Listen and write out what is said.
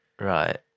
Right